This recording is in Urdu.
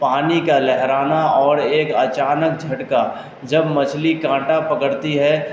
پانی کا لہرانا اور ایک اچانک جھٹکا جب مچھلی کانٹا پکڑتی ہے